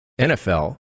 NFL